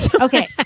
Okay